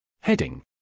Heading